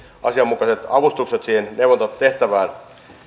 asianmukaiset avustukset siihen neuvontatehtävään